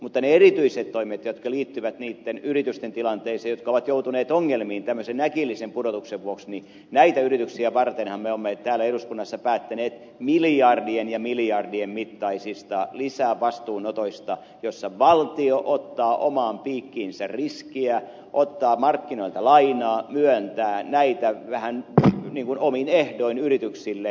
mutta mitä tulee niihin erityisiin toimiin jotka liittyvät niitten yritysten tilanteisiin jotka ovat joutuneet ongelmiin tämmöisen äkillisen pudotuksen vuoksi niin näitä yrityksiä vartenhan me olemme täällä eduskunnassa päättäneet miljardien ja miljardien mittaisista lisävastuunotoista joissa valtio ottaa omaan piikkiinsä riskejä ottaa markkinoilta lainaa myöntää näitä vähän niin kuin omin ehdoin yrityksille